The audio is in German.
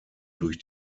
durch